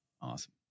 awesome